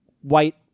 white